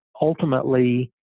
ultimately